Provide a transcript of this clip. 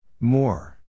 More